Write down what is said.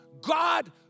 God